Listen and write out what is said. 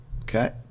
Okay